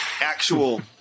Actual